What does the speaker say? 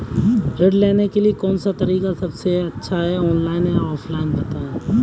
ऋण लेने के लिए कौन सा तरीका सबसे अच्छा है ऑनलाइन या ऑफलाइन बताएँ?